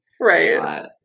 Right